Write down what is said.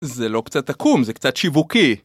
זה לא קצת עקום, זה קצת שיווקי.